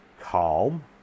calm